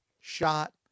shot